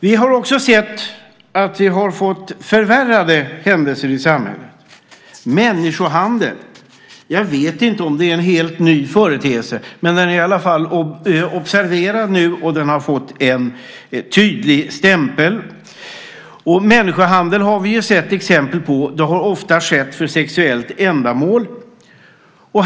Vi har också sett att vi har fått förvärrade händelser i samhället. Jag vet inte om människohandel är en helt ny företeelse, men den är i alla fall observerad nu, och den har fått en tydlig stämpel. Människohandel sker ofta, det har vi sett exempel på, för sexuella ändamål.